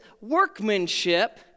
workmanship